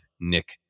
Nick